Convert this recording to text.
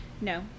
No